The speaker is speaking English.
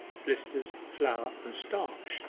blisters, flour, and starch,